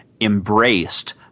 embraced